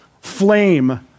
flame